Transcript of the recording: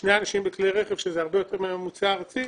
שני אנשים בכלי רכב שזה הרבה יותר מהממוצע הארצי